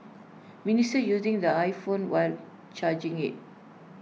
minister using the iPhone while charging IT